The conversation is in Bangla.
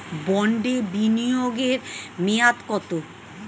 বন্ডে বিনিয়োগ এর মেয়াদ কত?